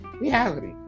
reality